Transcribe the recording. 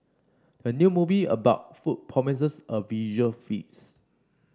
the new movie about food promises a visual feast